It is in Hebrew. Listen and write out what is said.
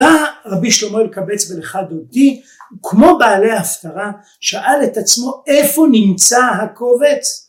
בא רבי שלמה אלקבץ בלכה דודי כמו בעלי הפטרה שאל את עצמו איפה נמצא הקובץ